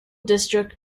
district